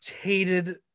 hated